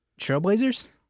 trailblazers